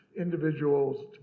individuals